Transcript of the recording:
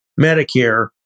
Medicare